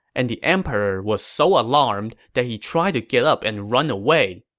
and the emperor was so alarmed that he tried to get up and run away.